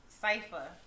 cipher